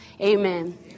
amen